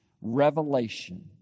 revelation